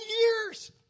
years